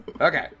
Okay